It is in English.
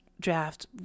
draft